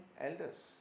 elders